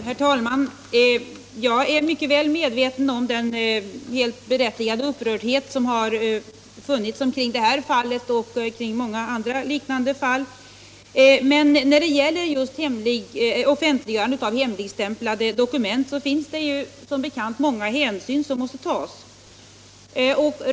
Herr talman! Jag är mycket väl medveten om den helt berättigade upprördhet som har funnits omkring det här fallet och många andra liknande fall. Men när det gäller offentliggörande av hemligstämplade dokument finns det som bekant många hänsyn som måste tas.